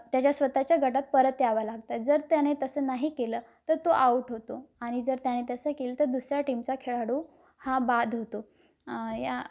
त्याच्या स्वतःच्या गटात परत यावं लागतं जर त्याने तसं नाही केलं तर तो आऊट होतो आणि जर त्याने तसं केलं तर दुसऱ्या टीमचा खेळाडू हा बाद होतो या